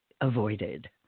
avoided